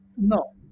no